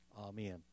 Amen